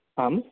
आं